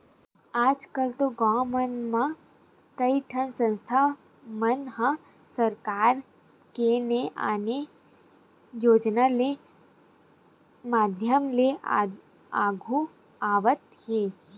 आजकल तो गाँव मन म कइठन संस्था मन ह सरकार के ने आने योजना के माधियम ले आघु आवत हे